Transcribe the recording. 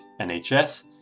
NHS